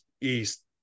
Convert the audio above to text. east